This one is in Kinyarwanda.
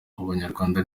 abanyarwanda